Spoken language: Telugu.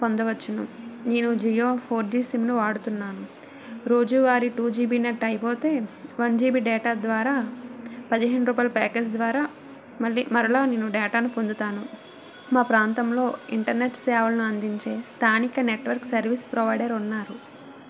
పొందవచ్చు నేను జియో ఫోర్ జీ సిమ్ను వాడుతున్నాను రోజువారీ టూ జీబీ నెట్ అయిపోతే వన్ జీబీ డేటా ద్వారా పదిహేను రూపాయల ప్యాకేజ్ ద్వారా మళ్ళీ మరల న్యూ డేటాను పొందుతాను మా ప్రాంతంలో ఇంటర్నెట్ సేవలను అందించే స్థానిక నెట్వర్క్ సర్వీస్ ప్రొవైడర్ ఉన్నారు